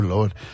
Lord